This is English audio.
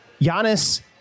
Giannis